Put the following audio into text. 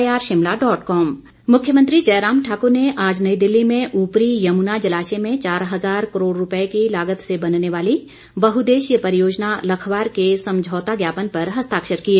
मुख्यमंत्री मुख्यमंत्री जयराम ठाकुर ने आज नई दिल्ली में ऊपरी यमुना जलाशय में चार हज़ार करोड़ रूपये की लागत से बनने वाली बहुद्देशीय परियोजना लखवार के समझौता ज्ञापन पर हस्ताक्षर किए